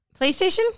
PlayStation